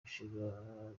mushinga